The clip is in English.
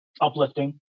uplifting